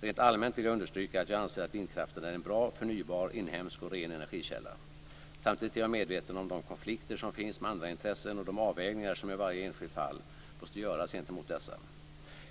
Rent allmänt vill jag understryka att jag anser att vindkraften är en bra förnybar, inhemsk och ren energikälla. Samtidigt är jag medveten om de konflikter som finns med andra intressen och de avvägningar som i varje enskilt fall måste göras gentemot dessa.